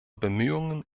bemühungen